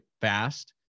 fast